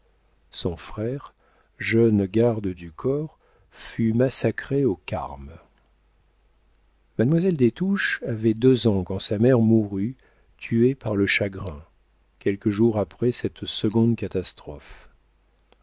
son frère jeune garde du corps fut massacré aux carmes mademoiselle des touches avait deux ans quand sa mère mourut tuée par le chagrin quelques jours après cette seconde catastrophe